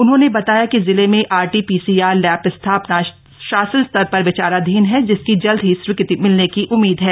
उन्होंने बताया कि जिले में आरटी पीसीआर लैब स्थापना शासन स्तर पर विचाराधीन है जिसकी जल्द ही स्वीकृति मिलने की उम्मीद है